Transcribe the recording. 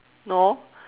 no